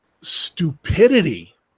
stupidity